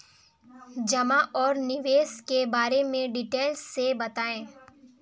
जमा और निवेश के बारे में डिटेल से बताएँ?